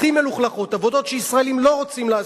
הכי מלוכלכות, עבודות שישראלים לא רוצים לעשות.